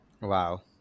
Wow